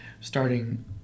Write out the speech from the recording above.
starting